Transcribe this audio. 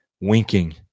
winking